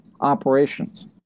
operations